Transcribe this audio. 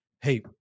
hey